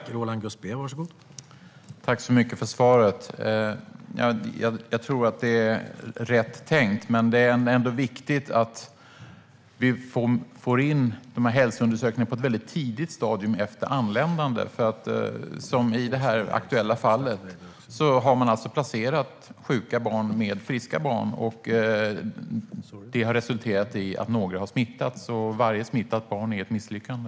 Herr talman! Tack för svaret! Jag tror att det är rätt tänkt. Men det är ändå viktigt att hälsoundersökningarna görs på ett tidigt stadium efter anländande. I det aktuella fallet har sjuka barn placerats med friska barn. Det har resulterat i att några har smittats. Varje smittat barn är ett misslyckande.